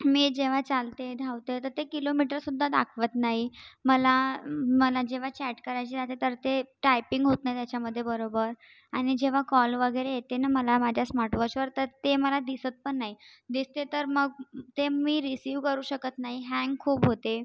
मी जेव्हा चालते धावते तर ते किलोमीटरसुद्धा दाखवत नाही मला मला जेव्हा चॅट करायचे राहते तर ते टायपिंग होत नाही त्याच्यामध्ये बरोबर आणि जेव्हा कॉल वगैरे येते ना मला माझ्या स्मार्टवॉचवर तर ते मला दिसत पण नाही दिसते तर मग ते मी रिसीव करू शकत नाही हँग खूप होते